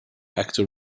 actor